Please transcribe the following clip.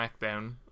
SmackDown